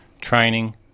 training